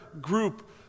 group